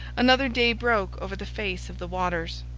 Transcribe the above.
another day broke over the face of the waters,